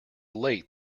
late